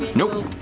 nope,